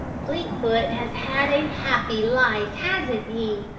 fleetfoot has had a happy life, hasn't he?